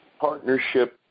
partnership